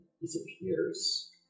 disappears